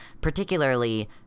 particularly